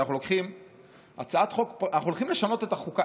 אנחנו הולכים לשנות את החוקה.